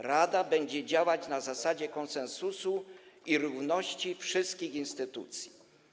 Rada będzie działać na zasadach konsensusu i równości wszystkich instytucji.